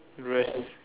red